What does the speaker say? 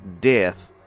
death